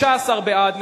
15 בעד.